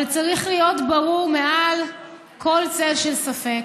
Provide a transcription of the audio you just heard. אבל צריך להיות ברור מעל כל צל של ספק: